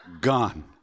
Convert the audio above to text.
Gone